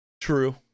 True